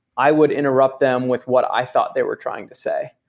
i would interrupt them with what i thought they were trying to say.